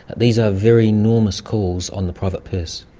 these are very enormous calls on the private purse.